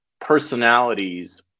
personalities